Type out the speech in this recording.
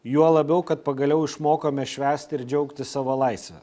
juo labiau kad pagaliau išmokome švęsti ir džiaugtis savo laisve